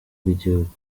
bw’igihugu